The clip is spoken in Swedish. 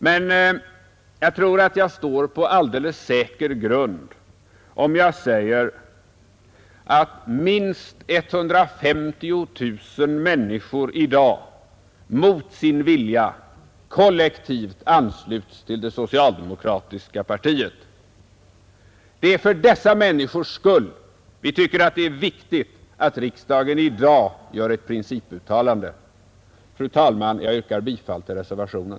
Men jag tror att jag står på alldeles säker grund om jag säger att minst 150 000 människor i dag, mot sin vilja, kollektivt ansluts till det socialdemokratiska partiet. Det är för dessa människors skull vi tycker att det är viktigt att riksdagen i dag gör ett principuttalande. Fru talman! Jag yrkar bifall till reservationen.